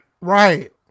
Right